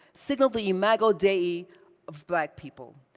signaled the imago dei of black people,